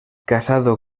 casado